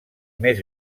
més